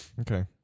Okay